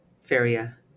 Feria